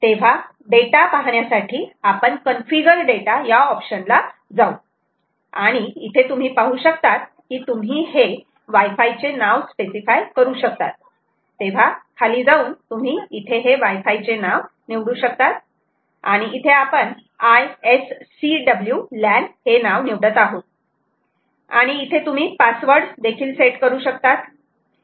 तेव्हा डेटा पाहण्यासाठी आपण कन्फिगर डेटा या ऑप्शन ला जाऊ आणि इथे तुम्ही पाहू शकतात की तुम्ही हे वायफाय चे नाव स्पेसिफाय करू शकतात तेव्हा खाली जाऊन तुम्ही इथे हे वायफाय चे नाव निवडू शकतात आणि इथे आपण ISCW lan हे नाव निवडत आहोत आणि इथे तुम्ही पासवर्ड सेट करू शकतात